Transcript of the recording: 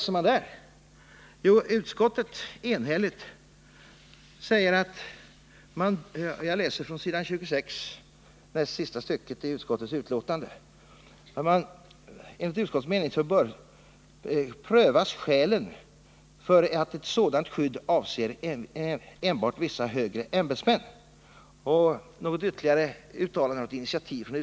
Enligt utskottet bör nämligen skälen prövas för att det nuvarande skyddet, immuniteten mot åtal, skall avse enbart vissa högre ämbetsmän. Något initiativ från riksdagens sida med anledning av yrkandena i detta hänseende är enligt utskottets mening inte erforderligt.